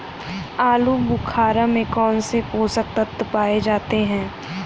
आलूबुखारा में कौन से पोषक तत्व पाए जाते हैं?